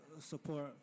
support